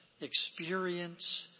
experience